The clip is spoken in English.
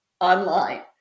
online